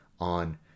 on